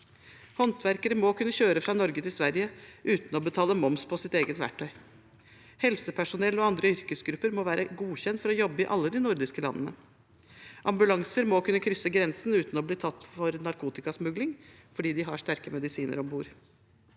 Håndverkere må kunne kjøre fra Norge til Sverige uten å betale moms på sitt eget verktøy. Helsepersonell og andre yrkesgrupper må være godkjent for å jobbe i alle de nordiske landene. Ambulanser må kunne krysse grensen uten å bli tatt for narkotikasmugling fordi de har sterke medisiner om bord.